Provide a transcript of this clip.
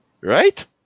Right